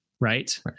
right